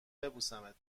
ببوسمت